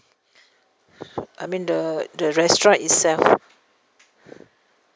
I mean the the restaurant itself